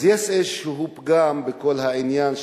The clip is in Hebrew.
אז יש איזשהו פגם בכל העניין,